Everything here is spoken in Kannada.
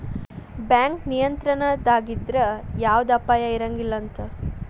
ಬ್ಯಾಂಕ್ ನಿಯಂತ್ರಣದಾಗಿದ್ರ ಯವ್ದ ಅಪಾಯಾ ಇರಂಗಿಲಂತ್